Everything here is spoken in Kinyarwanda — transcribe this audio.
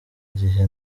gihe